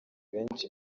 benshi